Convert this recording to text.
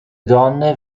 donne